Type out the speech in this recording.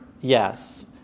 Yes